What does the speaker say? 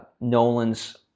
Nolan's